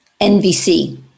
NVC